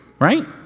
Right